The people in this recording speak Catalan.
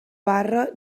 barra